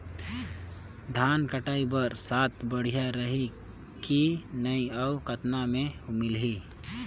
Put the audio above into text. धान कटाई बर साथ बढ़िया रही की नहीं अउ कतना मे मिलही?